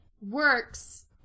works